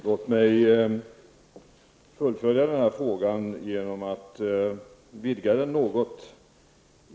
Herr talman! Låt mig fullfölja den här frågan genom att vidga den något.